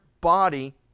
body